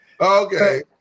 Okay